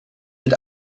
mit